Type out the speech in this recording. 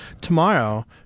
Tomorrow